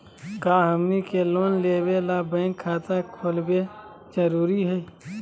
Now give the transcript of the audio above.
का हमनी के लोन लेबे ला बैंक खाता खोलबे जरुरी हई?